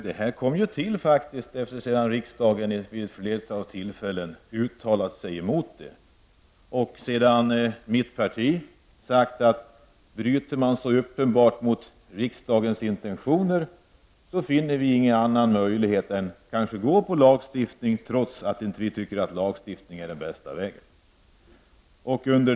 Det beslutet fattades inom socialdemokratin efter det att riksdagen vid ett flertal tillfällen uttalat sig mot denna kollektivanslutning. Mitt parti har uttalat att vi, i och med att man så uppenbart bryter mot riksdagens intentioner, inte finner någon annan möjlighet än att ansluta oss till lagstiftningsförslaget, trots att vi inte tycker att det är den bästa vägen att gå.